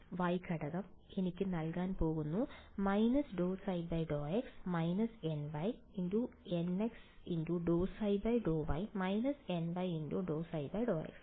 y ഘടകം എനിക്ക് നൽകാൻ പോകുന്നു − ∂ϕ∂x − nynx ∂ϕ∂y − ny ∂ϕ∂x